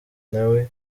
nawe